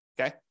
okay